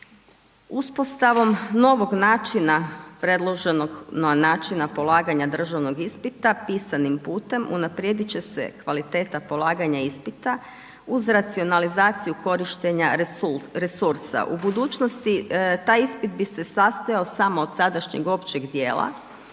Uspostavom novog načina, predloženog načina polaganja državnog ispita, pisanim putem, unaprijediti će se kvaliteta polaganja ispita, uz racionalizaciju korištenja resursa. U budućnosti taj ispit bi se sastajao samo od sadašnjeg, općeg dijela,